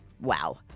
Wow